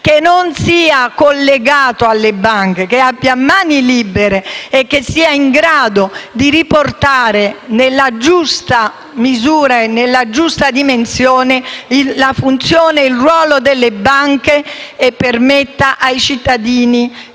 che non sia collegato alle banche, che abbia le mani libere e che sia in grado di riportare nella giusta misura e nella corretta dimensione la funzione e il ruolo delle banche cosicché i cittadini